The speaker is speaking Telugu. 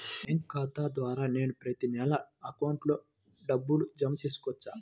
బ్యాంకు ఖాతా ద్వారా నేను ప్రతి నెల అకౌంట్లో డబ్బులు జమ చేసుకోవచ్చా?